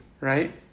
right